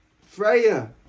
Freya